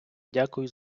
дякую